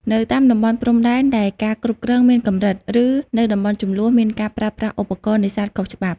នៅតាមតំបន់ព្រំដែនដែលការគ្រប់គ្រងមានកម្រិត ឬនៅតំបន់ជម្លោះ មានការប្រើប្រាស់ឧបករណ៍នេសាទខុសច្បាប់។